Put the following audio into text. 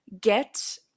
get